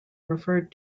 referred